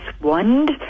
wand